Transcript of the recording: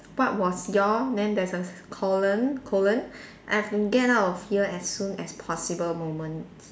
what was your then there's a colon colon I've to get out of here as soon as possible moment